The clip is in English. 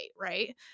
right